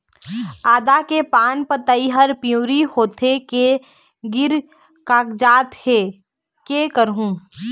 आदा के पान पतई हर पिवरी होथे के गिर कागजात हे, कै करहूं?